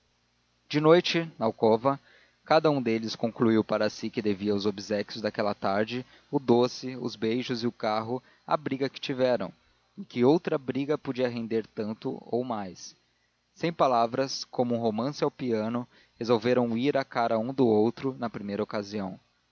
de noite na alcova cada um deles concluiu para si que devia os obséquios daquela tarde o doce os beijos e o carro à briga que tiveram e que outra briga podia render tanto ou mais sem palavras como um romance ao piano resolveram ir à cara um do outro na primeira ocasião